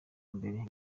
mbere